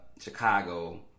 Chicago